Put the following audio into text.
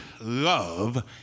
love